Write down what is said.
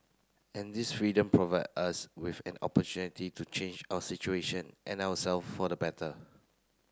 and this freedom provide us with an opportunity to change our situation and our self for the better